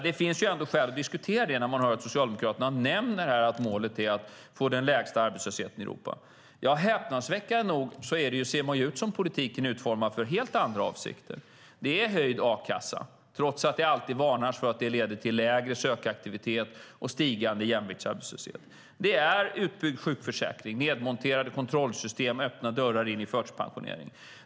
Det finns skäl att diskutera det när man hör att socialdemokraterna här nämner att målet är att få den lägsta arbetslösheten i Europa. Häpnadsväckande nog ser det ju ut som att politiken är utformad med helt andra avsikter. Det är höjd a-kassa, trots att det alltid varnas för att det leder till lägre sökaktivitet och stigande jämviktsarbetslöshet. Det är utbyggd sjukförsäkring, nedmonterade kontrollsystem och öppna dörrar in i förtidspensionering.